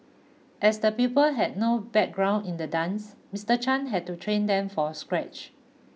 as the pupils had no background in the dance Mister Chan had to train them from scratch